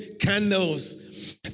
candles